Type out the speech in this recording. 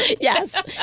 Yes